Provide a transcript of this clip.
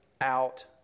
out